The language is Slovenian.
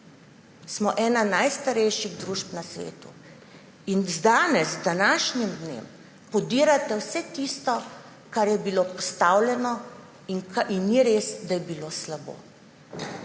smo ena najstarejših družb na svetu. Danes z današnjim dnem podirate vse tisto, kar je bilo postavljeno, in ni res, da je bilo slabo.